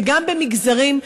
וגם במגזרים,